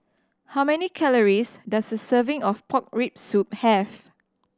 how many calories does a serving of pork rib soup have